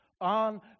on